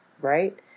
right